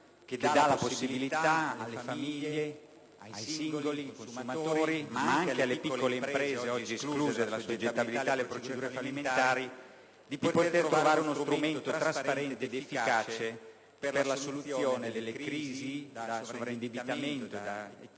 che offre alle famiglie, ai singoli consumatori ed anche alle piccole imprese, oggi escluse dall'assoggettabilità alle procedure fallimentari, la possibilità di trovare uno strumento trasparente ed efficace per la soluzione delle crisi da sovraindebitamento e delle